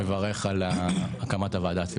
מברכים על הקמת הוועדה,